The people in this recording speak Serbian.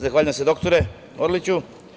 Zahvaljujem se dr Orliću.